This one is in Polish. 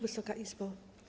Wysoka Izbo!